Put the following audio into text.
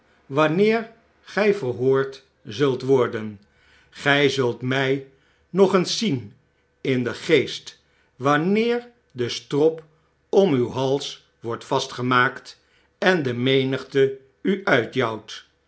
wanneer gy verhoord zult worden gy geen uitweg meer zult mij nog eens zien in den geest wanneer de strop om uw hals wordt vastgemaakt en de menigte u uitjouwt